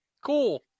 cool